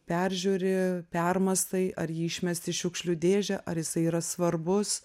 peržiūri permąstai ar jį išmest į šiukšlių dėžę ar jisai yra svarbus